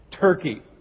Turkey